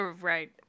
Right